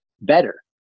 better